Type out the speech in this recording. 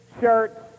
shirts